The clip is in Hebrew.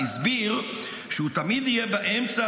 הסביר שהוא תמיד יהיה באמצע,